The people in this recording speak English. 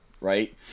Right